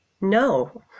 No